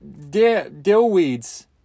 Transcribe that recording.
Dillweeds